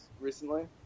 recently